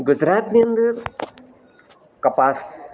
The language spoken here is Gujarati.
ગુજરાતની અંદર કપાસ